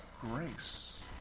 grace